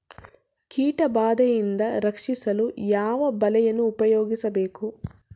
ಕೀಟಬಾದೆಯಿಂದ ರಕ್ಷಿಸಲು ಯಾವ ಬಲೆಯನ್ನು ಉಪಯೋಗಿಸಬೇಕು?